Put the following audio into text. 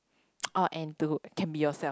oh and to can be yourself